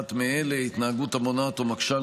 באחת מאלה: התנהגות המונעת או מקשה על